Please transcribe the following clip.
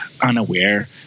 unaware